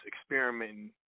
experimenting